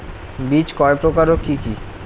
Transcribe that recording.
বীজ কয় প্রকার ও কি কি?